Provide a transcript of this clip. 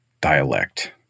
dialect